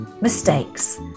mistakes